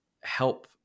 help